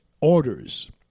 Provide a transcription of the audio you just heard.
orders